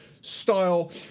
style